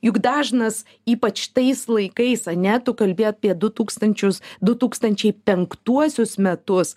juk dažnas ypač tais laikais ane tu kalbi apie du tūkstančius du tūkstančiai penktuosius metus